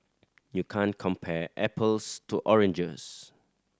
you can't compare apples to oranges